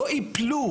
לא יפלו